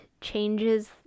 changes